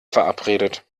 verabredet